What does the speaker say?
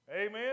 Amen